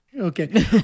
okay